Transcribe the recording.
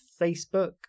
Facebook